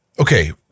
Okay